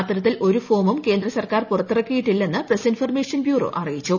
അത്തരത്തിൽ ഒരു ഫോമും കേന്ദ്രസർക്കാർ പുറത്തിറക്കിയിട്ടില്ലെന്ന് പ്രസ് ഇൻഫർമേഷൻ ബ്യൂറോ അറിയിച്ചു